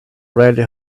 rarely